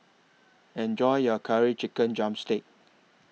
Enjoy your Curry Chicken Drumstick